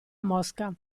mosca